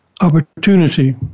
opportunity